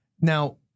Now